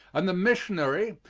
and the missionary,